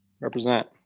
represent